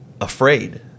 afraid